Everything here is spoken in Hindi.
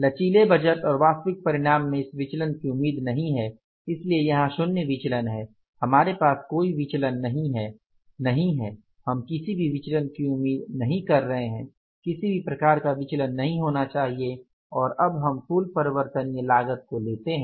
लचीले बजट और वास्तविक परिणाम में इस विचलन की उम्मीद नहीं है इसलिए यहाँ शून्य विचलन है हमारे पास कोई विचलन नहीं है नहीं है हम किसी भी विचलन की उम्मीद नहीं कर रहे हैं किसी भी प्रकार का विचलन नहीं होना चाहिए और अब हम कुल परिवर्तनीय लागत लेते हैं